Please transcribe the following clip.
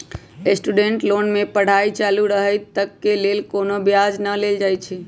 student loan में पढ़ाई चालू रहइत तक के लेल कोनो ब्याज न लेल जाइ छइ